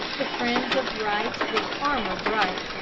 the friends of right, with armor bright,